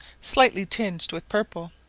slightly tinged with purple.